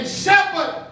shepherd